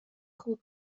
خوب